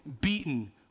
beaten